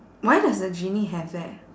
why does the genie have that